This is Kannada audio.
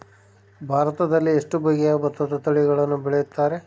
ಭಾರತದಲ್ಲಿ ಎಷ್ಟು ಬಗೆಯ ಭತ್ತದ ತಳಿಗಳನ್ನು ಬೆಳೆಯುತ್ತಾರೆ?